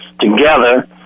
together